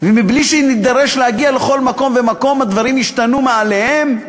ובלי שנידרש להגיע לכל מקום ומקום הדברים ישתנו מאליהם,